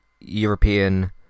European